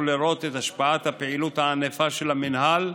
לראות את השפעת הפעילות הענפה של המינהל,